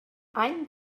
any